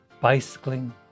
bicycling